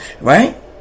right